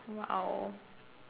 !wow!